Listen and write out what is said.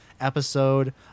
episode